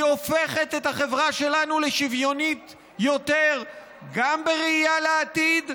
היא הופכת את החברה שלנו לשוויונית יותר גם בראייה לעתיד,